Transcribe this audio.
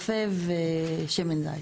לגבי זה.